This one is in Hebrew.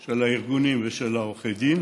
של הארגונים ושל עורכי הדין